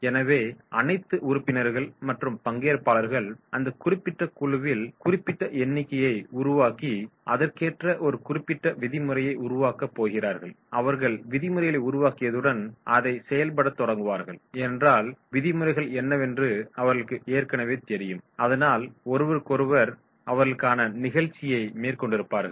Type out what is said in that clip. எனவே அனைத்து உறுப்பினர்கள் மற்றும் பங்கேற்பாளர்கள் அந்த குறிப்பிட்ட குழுவில் குறிப்பிட்ட எண்ணிக்கையை உருவாக்கி அதற்கேற்ற ஒரு குறிப்பிட்ட விதிமுறையை உருவாக்கப் போகிறார்கள் அவர்கள் விதிமுறைகளை உருவாக்ககியதுடன் அதை செயல்படத் தொடங்குவார்கள் ஏனென்றால் விதிமுறைகள் என்னவென்று அவர்களுக்குத் ஏற்கனவே தெரியும் அதனால் ஒருவருக்கொருவர் அவர்களுக்குக்கான நிகழ்ச்சியைக் மேற்கொண்டிருப்பார்கள்